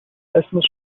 اسمش